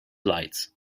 lights